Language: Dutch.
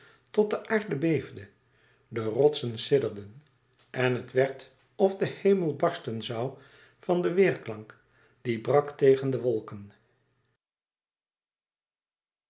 tot de aarde beefde de rotsen sidderden en het werd of de hemel barsten zoû van den weêrklank die brak tegen de wolken